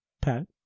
Pat